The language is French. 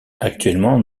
actuellement